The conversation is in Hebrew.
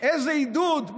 איזה עידוד?